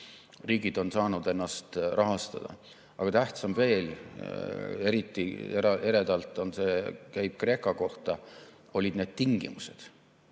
Riigid on saanud ennast rahastada. Aga tähtsamad veel – eriti eredalt käib see Kreeka kohta – olid need tingimused,